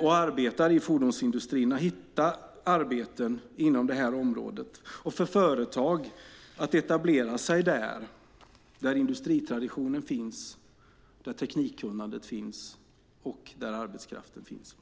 och arbetar i fordonsindustrin att hitta arbeten inom det området och möjlighet för företag att etablera sig där - där industritraditionen finns, där teknikkunnandet finns och där arbetskraften finns.